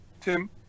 Tim